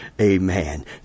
amen